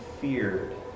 feared